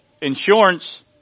Insurance